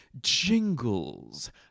jingles